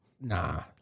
nah